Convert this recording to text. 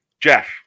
Jeff